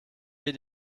wir